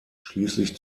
schließlich